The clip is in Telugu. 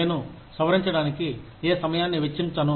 నేను సవరించడానికి ఏ సమయాన్ని వెచ్చించను